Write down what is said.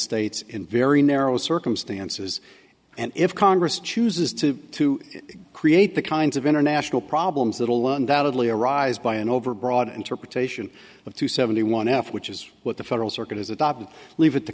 states in very narrow circumstances and if congress chooses to to create the kinds of international problems that will undoubtedly arise by an overbroad interpretation of two seventy one f which is what the federal circuit has adopted leave it to